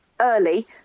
Early